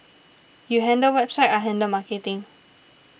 you handle website I handle marketing